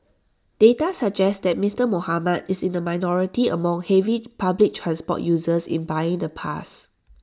data suggest that Mister Muhammad is in the minority among heavy public transport users in buying the pass